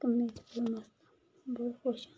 कम्मै च आ'ऊं मस्त बहुत खुश आं